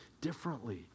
differently